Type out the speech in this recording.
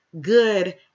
good